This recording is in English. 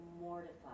mortified